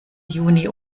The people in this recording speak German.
juni